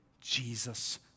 Jesus